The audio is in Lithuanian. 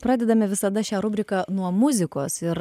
pradedame visada šią rubriką nuo muzikos ir